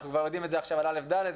אנחנו רואים את זה בכיתות א' עד ד',